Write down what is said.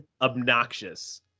obnoxious